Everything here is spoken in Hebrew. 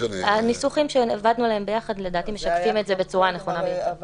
הניסוחים שעבדנו עליהם ביחד לדעתי משקפים את זה בצורה הנכונה ביותר.